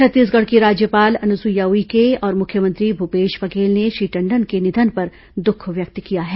छत्तीसगढ की राज्यपाल अनुसुईया उइके और मुख्यमंत्री भुपेश बघेल ने श्री टंडन के निधन पर दुख व्यक्त किया है